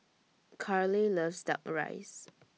Carleigh loves Duck Rice